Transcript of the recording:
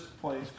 place